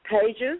Pages